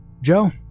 Joe